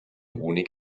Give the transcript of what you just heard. honig